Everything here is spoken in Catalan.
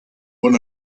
bon